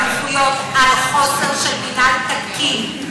מסמכויות, חוסר של מינהל תקין.